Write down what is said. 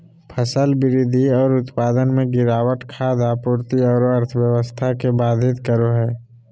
फसल वृद्धि और उत्पादन में गिरावट खाद्य आपूर्ति औरो अर्थव्यवस्था के बाधित करो हइ